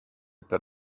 per